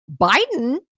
Biden